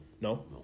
No